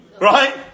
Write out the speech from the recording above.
Right